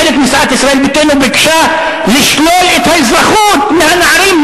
חלק מסיעת ישראל ביתנו ביקשה לשלול את האזרחות מהנערים,